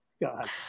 God